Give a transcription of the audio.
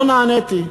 לא נעניתי.